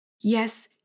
Yes